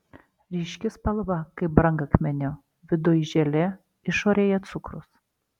ryški spalva kaip brangakmenio viduj želė išorėje cukrus